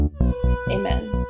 amen